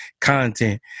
content